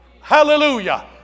Hallelujah